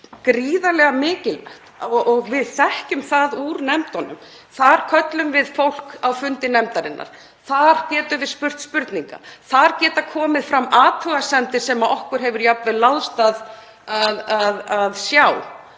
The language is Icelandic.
gríðarlega mikilvægt og við þekkjum það úr nefndunum. Þar köllum við fólk á fundi nefndarinnar, þar getum við spurt spurninga, þar geta komið fram athugasemdir sem okkur hefur jafnvel láðst að sjá